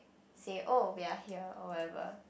say oh we are here or whatever